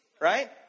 right